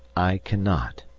i cannot.